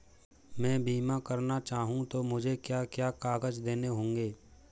मैं बीमा करना चाहूं तो मुझे क्या क्या कागज़ देने होंगे?